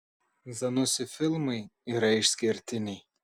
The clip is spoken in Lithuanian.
zanussi filmai yra išskirtiniai